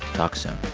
talk soon